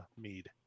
mead